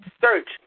search